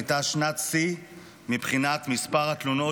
הייתה שנת שיא מבחינת מספר התלונות